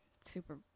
super